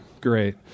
great